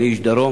אני איש הדרום,